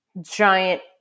giant